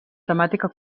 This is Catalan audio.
temàtica